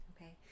Okay